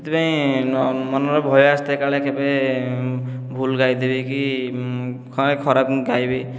ସେଥିପାଇଁ ମନରେ ଭୟ ଆସିଥାଏ କାଳେ କେବେ ଭୁଲ ଗାଇଦେବି କି କାଳେ ଖରାପ ମୁଁ ଗାଇବି